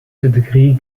degree